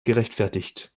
gerechtfertigt